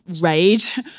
rage